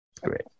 Great